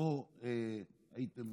כשהייתם